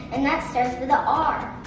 and that starts with a r.